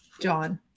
John